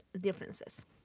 differences